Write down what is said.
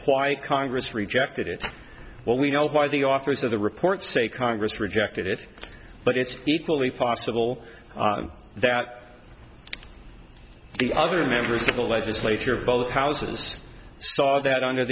why congress rejected it what we know why the authors of the report say congress rejected it but it's equally possible that the other members of the legislature both houses saw that under